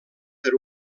per